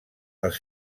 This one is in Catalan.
els